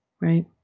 right